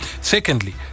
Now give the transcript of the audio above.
Secondly